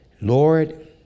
Lord